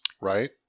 right